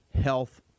health